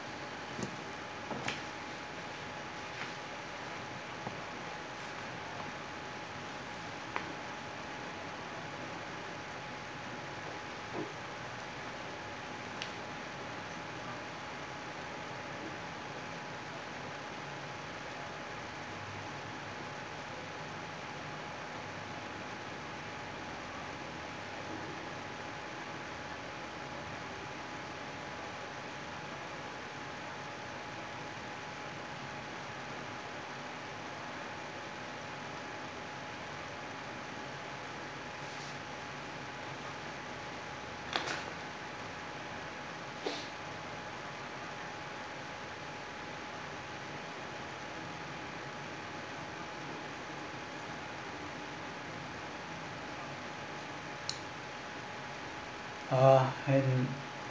uh in